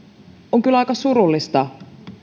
on kyllä aika surullista